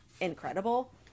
incredible